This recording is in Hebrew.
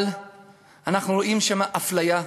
אבל אנחנו רואים שם אפליה יומיומית.